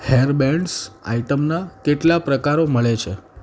hair bands આઇટમના કેટલા પ્રકારો મળે છે